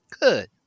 good